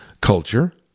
culture